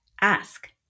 ask